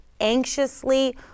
anxiously